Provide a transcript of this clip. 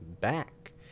back